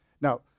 Now